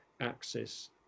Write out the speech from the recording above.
Axis